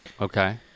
Okay